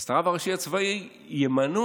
את הרב הראשי הצבאי ימנו